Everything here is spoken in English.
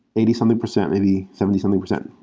eighty something percent, maybe seventy something percent.